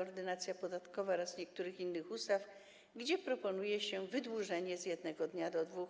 Ordynacja podatkowa oraz niektórych innych ustaw, gdzie proponuje się wydłużenie z 1 dnia do 2